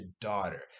daughter